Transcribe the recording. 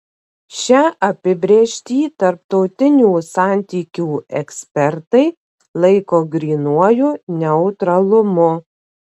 šią apibrėžtį tarptautinių santykių ekspertai laiko grynuoju neutralumu